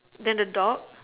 then the dog